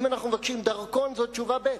אם, אנחנו מבקשים דרכון, זו תשובה ב'.